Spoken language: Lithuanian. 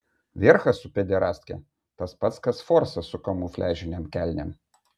vierchas su pederastke tas pats kas forsas su kamufliažinėm kelnėm